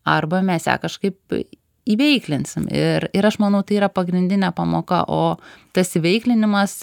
arba mes ją kažkaip įveiklinsim ir ir aš manau tai yra pagrindinė pamoka o tas įveiklinimas